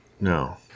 No